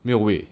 没有位